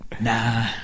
Nah